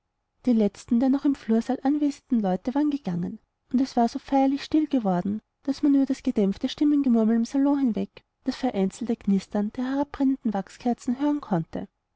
die letzten der noch im flursaal anwesenden leute waren gegangen und es war so feierlich still geworden daß man über das gedämpfte stimmengemurmel im salon hinweg das vereinzelte knistern der herabbrennenden wachskerzen hören konnte